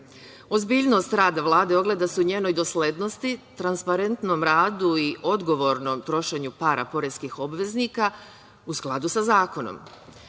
standarde. Ozbiljnost rada Vlade ogleda se u njenoj doslednosti, transparentnom radu i odgovornom trošenju para poreskih obveznika u skladu sa zakonom.